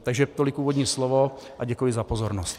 Takže tolik úvodní slovo a děkuji za pozornost.